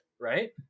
Right